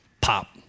pop